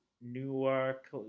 Newark